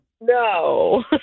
No